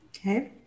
Okay